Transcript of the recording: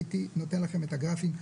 הייתי נותן לכם את הגרפים,